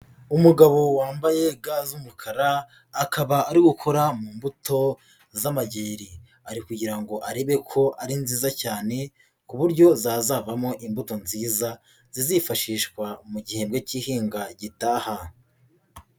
Umugabo wambaye ga z'umukara akaba ari gukora mu mbuto z'amageri ari kugira ngo arebe ko ari nziza cyane ku buryo zazavamo imbuto nziza, zizifashishwa mu gihembwe k'ihinga gitaha.